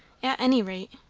at any rate,